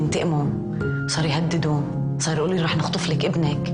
יוצגו לאורך כל השבוע בוועדות הכנסת,